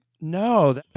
No